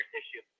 issue